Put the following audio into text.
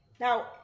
now